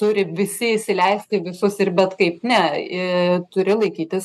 turi visi įsileisti visus ir bet kaip ne turi laikytis